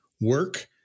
work